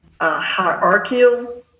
hierarchical